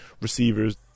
receivers